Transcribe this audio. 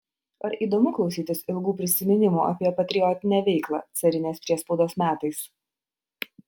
ar įdomu klausytis ilgų prisiminimų apie patriotinę veiklą carinės priespaudos metais